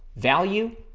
value,